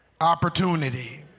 opportunity